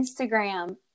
Instagram